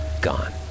Gone